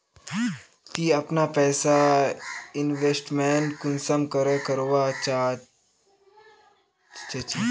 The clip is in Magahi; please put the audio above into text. ती अपना पैसा इन्वेस्टमेंट कुंसम करे करवा चाँ चची?